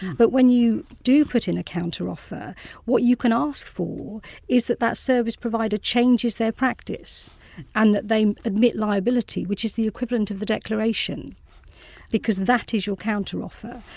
but when you do put in a counter offer what you can ask for is that that service provider changes their practice and that they admit liability, which is the equivalent of the declaration because that is your counter offer.